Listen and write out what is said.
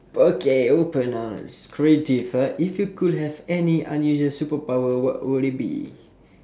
okay open now it's creative uh if you could have any unusual superpower what would it be